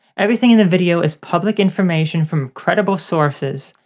everything in the video is public information from credible sources.